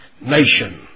Nation